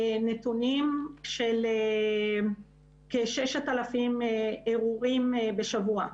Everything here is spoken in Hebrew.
נתונים של כ-6,000 ערעורים בשבוע.